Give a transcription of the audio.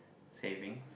savings